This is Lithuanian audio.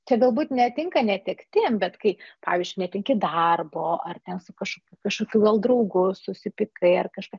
čia galbūt netinka netektim bet kai pavyzdžiui netenki darbo ar ten su kažkokiu kažkokiu gal draugu susipykai ar kažką